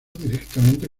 directamente